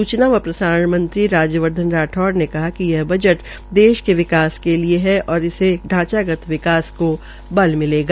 सूचना व प्रसारण मंत्री राज्यवर्धन राठौर ने कहा कि यह बजट देश के विकास के लिये है और इसमें शांचगत विकास को बल मिलेगा